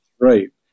Right